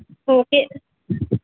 okay